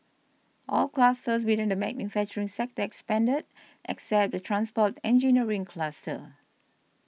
all clusters within the manufacturing sector expanded except the transport engineering cluster